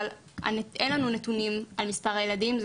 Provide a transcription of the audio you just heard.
אין לנו נתונים על מספר הילדים.